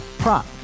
prop